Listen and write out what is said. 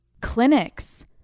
Clinics